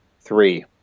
three